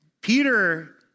Peter